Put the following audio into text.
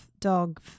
dog